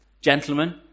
Gentlemen